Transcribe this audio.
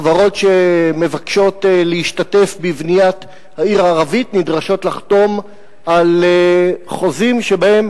חברות שמבקשות להשתתף בבניית העיר הערבית נדרשות לחתום על חוזים שבהם